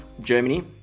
Germany